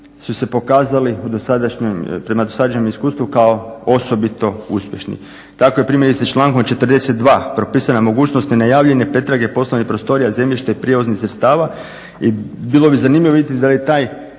u dosadašnjem, prema dosadašnjem iskustvu kao osobito uspješni. Tako je primjerice člankom 42. propisana mogućnost i najavljene pretrage poslovnih prostorija, zemljišta i prijevoznih sredstava i bilo bi zanimljivo vidjeti da je taj